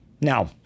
Now